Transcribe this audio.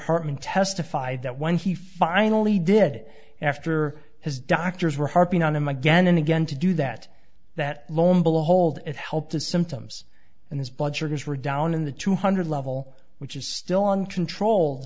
hartman testified that when he finally did after his doctors were harping on him again and again to do that that long hold it helped the symptoms and his blood sugars were down in the two hundred level which is still uncontrol